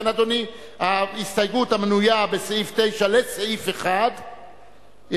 ההסתייגות המנויה בסעיף 9 לסעיף 1,